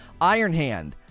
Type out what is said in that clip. Ironhand